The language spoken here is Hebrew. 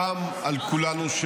רק